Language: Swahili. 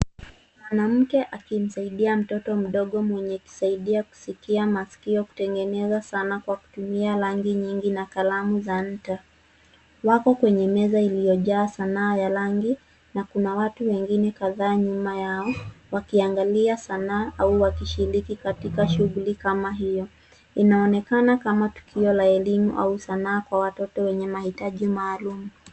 Mwanamke akimsaidia mtoto mdogo mwenye kusaidia kusikia masikio kutengeneza sana kwa kutumia rangi nyingi na kalamu za nta. Wako kwenye meza iliyojaa sanaa ya rangi na kuna watu wengine kadhaa nyuma yao wakiangalia sanaa au wakishiriki katika shughuli kama hiyo. Inaonekana kama tukio la elimu au sanaa kwa watoto wenye mahitaji maalum.